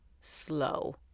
slow